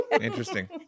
Interesting